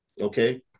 Okay